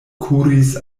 kuris